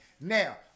Now